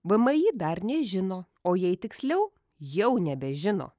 vmi dar nežino o jei tiksliau jau nebežino